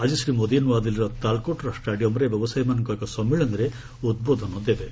ଆକି ଶ୍ରୀ ମୋଦି ନୂଆଦିଲ୍ଲୀର ତାଳକୋଟରା ଷ୍ଟାଡିୟମରେ ବ୍ୟବସାୟୀମାନଙ୍କ ଏକ ସମ୍ମିଳନୀରେ ଉଦ୍ବୋଧନ ଦେବେ